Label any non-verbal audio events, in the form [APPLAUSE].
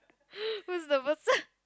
[BREATH] who's the person [NOISE]